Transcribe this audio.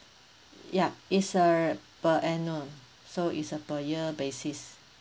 yup it's err per annum so it's a per year basis